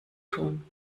tun